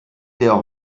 der